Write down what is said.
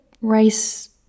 rice